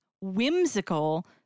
whimsical